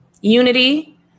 Unity